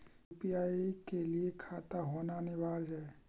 UPI के लिए खाता होना अनिवार्य है?